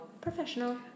professional